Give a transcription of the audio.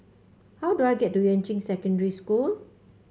how do I get to Yuan Ching Secondary School